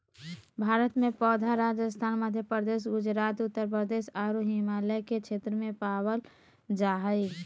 भारत में पौधा राजस्थान, मध्यप्रदेश, गुजरात, उत्तरप्रदेश आरो हिमालय के क्षेत्र में पावल जा हई